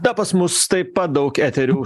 na pas mus taip pat daug eterių